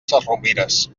sesrovires